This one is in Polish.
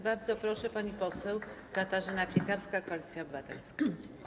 Bardzo proszę, pani poseł Katarzyna Piekarska, Koalicja Obywatelska.